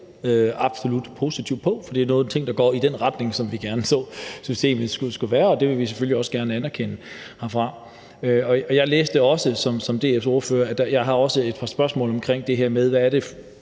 absolut positivt på, for det er nogle ting, der går i den retning, som vi gerne så systemet gå i, og det vil vi selvfølgelig også gerne anerkende herfra. Jeg har, ligesom DF's ordfører, også et par spørgsmål om det her med, hvilken